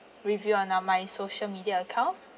review on ah my social media account